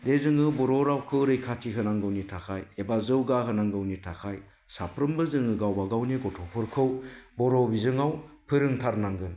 दे जोंङो बर' रावखौ रैखाथि होनांगौनि थाखाय एबा जौगा होनांगौनि थाखाय साफ्रोमबो जोङो गावबा गावनि गथ'फोरखौ बर' बिजोंआव फोरोंथारनांगोन